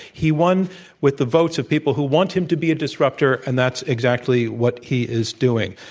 he won with the votes of people who want him to be a disruptor, and that's exactly what he is doing.